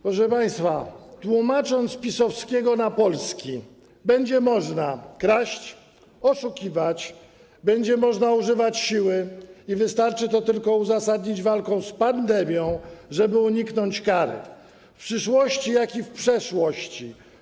Proszę państwa, tłumacząc z PiS-owskiego na polski, będzie można kraść, oszukiwać, będzie można używać siły i wystarczy to tylko uzasadnić walką z pandemią, żeby uniknąć kary za to, co w przeszłości, jak i w przyszłości.